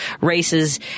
races